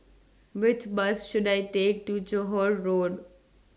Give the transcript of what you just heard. Which Bus should I Take to Johore Road